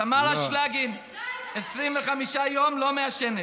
תמרה שלגין, 25 יום לא מעשנת.